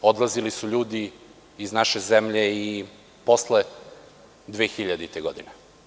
Odlazili su ljudi iz naše zemlje i posle 2000. godine.